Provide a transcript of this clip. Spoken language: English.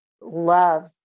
love